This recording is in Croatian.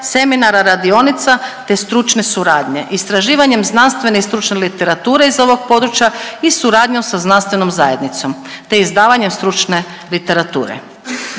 seminara, radionica, te stručne suradnje, istraživanjem znanstvene i stručne literature iz ovog područja i suradnjom sa znanstvenom zajednicom, te izdavanjem stručne literature.